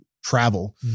travel